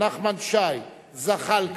נחמן שי, זחאלקה,